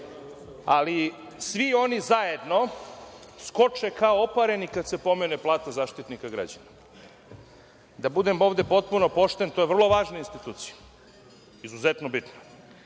Ali, svi oni zajedno skoče kao opareni kad se pomene plata Zaštitnika građana. Da budem ovde potpuno pošten, to je vrlo važna institucija, izuzetno bitna.